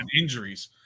injuries